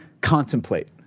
contemplate